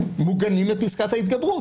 מוגנים בפסקת ההתגברות.